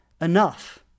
enough